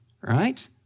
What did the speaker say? right